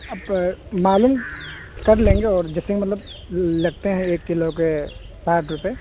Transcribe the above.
آپ معلوم کرلیں گے اور جیسے ہی مطلب لگتے ہیں ایک کلو کے ساٹھ روپئے